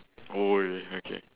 !oi! okay